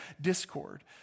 discord